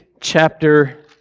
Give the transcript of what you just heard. chapter